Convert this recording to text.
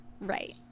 right